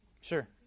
Sure